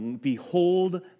Behold